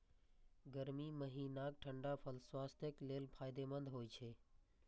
गर्मी महीनाक ठंढा फल स्वास्थ्यक लेल फायदेमंद होइ छै